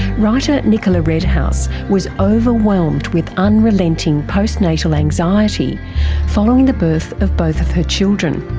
writer nicola redhouse was overwhelmed with unrelenting post-natal anxiety following the birth of both of her children.